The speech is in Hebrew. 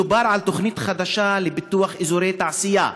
דובר על תוכנית חדשה לפיתוח אזורי תעשייה.